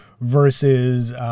versus